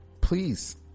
Please